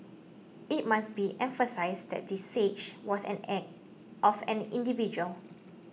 it must be emphasised that the siege was an act of an individual